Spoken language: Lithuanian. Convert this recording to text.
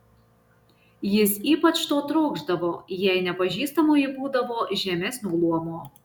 jis ypač to trokšdavo jei nepažįstamoji būdavo žemesnio luomo